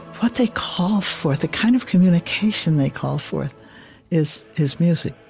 what they call forth, the kind of communication they call forth is is music.